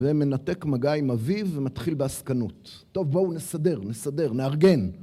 ומנתק מגע עם אביו, ומתחיל בעסקנות. טוב, בואו נסדר, נסדר, נארגן.